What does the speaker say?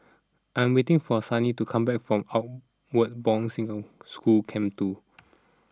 I am waiting for Sunny to come back from Outward Bound single School Camp two